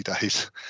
days